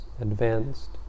advanced